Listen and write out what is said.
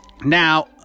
Now